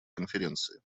конференции